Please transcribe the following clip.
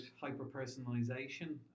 hyper-personalization